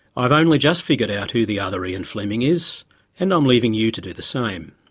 i've only just figured out who the other ian fleming is and i'm leaving you to do the same.